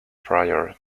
prior